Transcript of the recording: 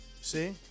See